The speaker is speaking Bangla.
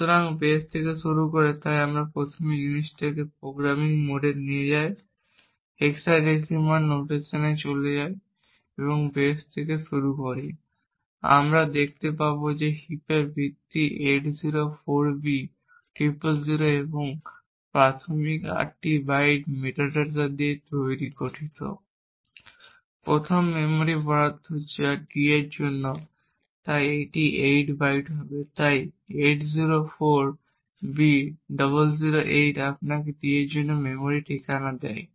সুতরাং বেস থেকে শুরু করে তাই আমরা প্রথমে এই জিনিসটিকে প্রোগ্রামিং মোডে নিয়ে যাই এবং হেক্সাডেসিমেল নোটেশনে চলে যাই এবং বেস থেকে শুরু করি এবং আমরা দেখতে পাই যে হিপের ভিত্তি 804b000 এবং প্রাথমিক আটটি বাইট মেটাডেটা নিয়ে গঠিত প্রথম মেমরি বরাদ্দ যা d এর জন্য তাই এটি 8 বাইট হবে তাই 804B008 আপনাকে d এর জন্য মেমরি ঠিকানা দেয়